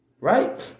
Right